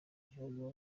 gihugu